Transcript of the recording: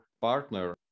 partner